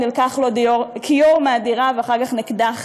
נלקח לו כיור מהדירה ואחר כך נקדח